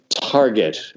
Target